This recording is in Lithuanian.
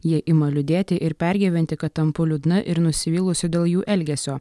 jie ima liūdėti ir pergyventi kad tampu liūdna ir nusivylusi dėl jų elgesio